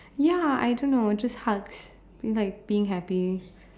ya I don't know just hugs like being happy